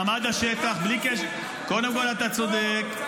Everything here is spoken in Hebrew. מה אתם עושים קצת מפה וקצת מפה?